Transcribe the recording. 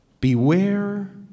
Beware